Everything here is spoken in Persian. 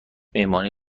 مهمانی